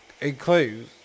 include